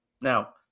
Now